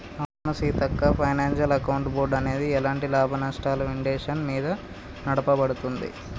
అవును Seethakka financial account board అనేది ఎలాంటి లాభనష్టాలు విండేషన్ మీద నడపబడుతుంది